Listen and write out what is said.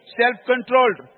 self-controlled